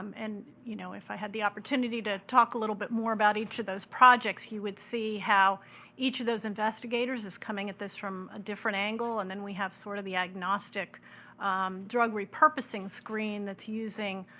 um and, you know, if i had the opportunity to talk a little bit more about each of those projects, you would see how each of investigators is coming at this from a different angle. and then we have sort of the agnostic drug repurposing screen that's using